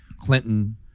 Clinton